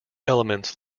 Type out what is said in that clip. elements